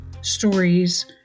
stories